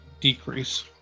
decrease